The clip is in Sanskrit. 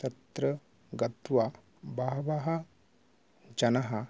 तत्र गत्वा बहवः जनाः